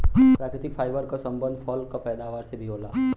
प्राकृतिक फाइबर क संबंध फल क पैदावार से भी होला